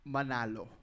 Manalo